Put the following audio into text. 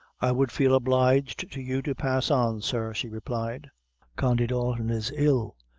i would feel obliged to you to pass on, sir, she replied condy dalton is ill,